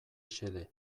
xede